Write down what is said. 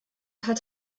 hat